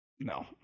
No